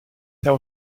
there